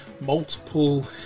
multiple